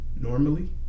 Normally